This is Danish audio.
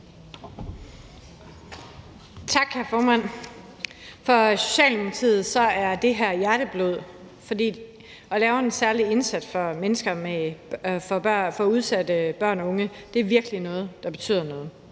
Tak, hr. formand. For Socialdemokratiet er det her hjerteblod, for at lave en særlig indsats for udsatte børn og unge er virkelig noget, der betyder noget.